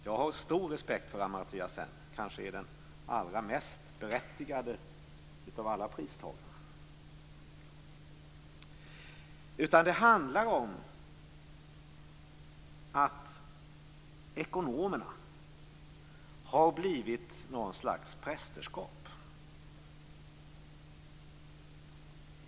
Jag har stor respekt för Amartya Sen - han kanske är den allra mest berättigade av alla pristagare. Det handlar om att ekonomerna har blivit något slags prästerskap.